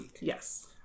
Yes